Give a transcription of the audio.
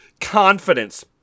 confidence